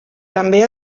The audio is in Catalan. també